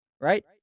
right